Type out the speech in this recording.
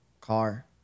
car